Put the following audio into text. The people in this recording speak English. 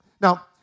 Now